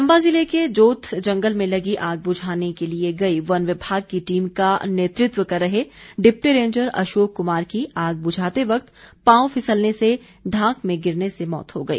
चंबा जिले के जोत के जंगल में लगी आग बुझाने के लिए गई वन विभाग की टीम का नेतृत्व कर रहे डिप्टी रेंजर अशोक कुमार की आग बुझाते वक्त पांव फिसलने से ढांक में गिरने से मौत हो गई